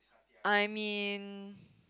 I mean